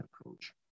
approach